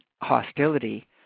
hostility